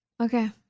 Okay